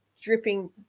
dripping